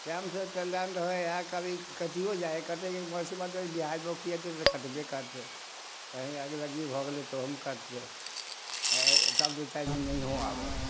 time से तऽ line रहय हय आ कभी कटियो जाय हय कटय हय कटय बंशीबट हय बिहाड़िमे ओ खियेतय तऽ कटबे करतय कहीँ अगिलग्गी भऽ गेलय तहुमे कटतय अय तब दू चारि दिन नहियो आबय रहय